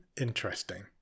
Interesting